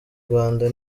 rwanda